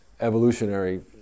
evolutionary